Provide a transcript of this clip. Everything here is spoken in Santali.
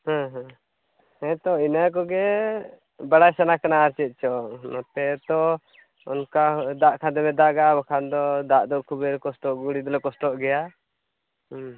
ᱦᱮᱸ ᱦᱮᱸ ᱦᱮᱛᱳ ᱤᱱᱟᱹ ᱠᱚᱜᱮ ᱵᱟᱲᱟᱭ ᱥᱟᱱᱟ ᱠᱟᱱᱟ ᱟᱨ ᱪᱮᱫ ᱪᱚᱝ ᱱᱚᱛᱮ ᱛᱚ ᱚᱱᱠᱟ ᱫᱟᱜ ᱠᱷᱟᱡ ᱫᱚᱢᱮᱭ ᱫᱟᱜᱟ ᱵᱟᱠᱷᱟᱱ ᱫᱚ ᱫᱟᱜ ᱫᱚ ᱠᱷᱩᱵᱮᱭ ᱠᱚᱥᱴᱚ ᱜᱷᱚᱲᱤ ᱫᱚᱞᱮ ᱠᱚᱥᱴᱚᱜ ᱜᱮᱭᱟ